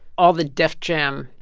all the def jam.